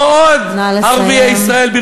לא עוד ערביי ישראל,